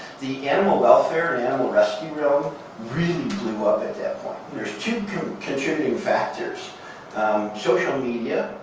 the animal welfare and animal rescue realm really blew up at that point. there's two contributing factors social media,